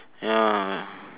ya